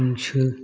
हांसो